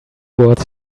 words